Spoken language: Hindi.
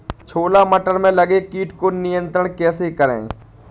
छोला मटर में लगे कीट को नियंत्रण कैसे करें?